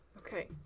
Okay